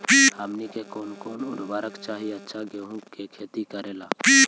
हमनी के कौन कौन उर्वरक चाही अच्छा गेंहू के खेती करेला?